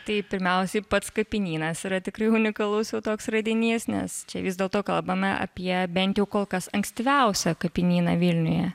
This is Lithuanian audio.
tai pirmiausiai pats kapinynas yra tikrai unikalus jau toks radinys nes čia vis dėlto kalbame apie bent jau kol kas ankstyviausią kapinyną vilniuje